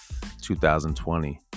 2020